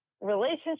relationship